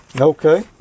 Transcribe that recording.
Okay